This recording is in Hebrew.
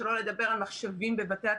שלא לדבר על מחשבים בבתי התלמידים,